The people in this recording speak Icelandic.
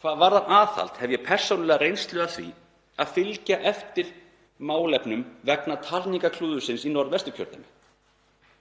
Hvað varðar aðhald hef ég persónulega reynslu af því að fylgja eftir málefnum vegna talningarklúðursins í Norðvesturkjördæmi.